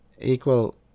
equal